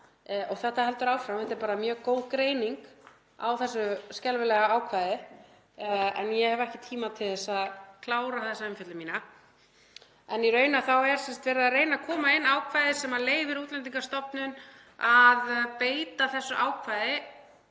Umsögnin heldur áfram og er bara mjög góð greining á þessu skelfilega ákvæði en ég hef ekki tíma til að klára þessa umfjöllun mína. Í raun er verið að reyna að koma inn ákvæði sem leyfir Útlendingastofnun að beita þessu ákvæði